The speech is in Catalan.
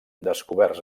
descoberts